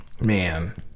Man